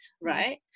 right